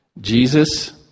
Jesus